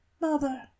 Mother